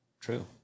True